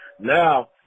Now